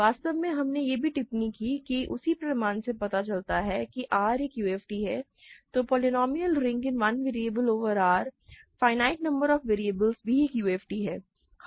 वास्तव में हमने यह भी टिप्पणी की है कि उसी प्रमाण से पता चलता है कि यदि R एक UFD है तो polynomial ring over R finite number of variables भी एक UFD है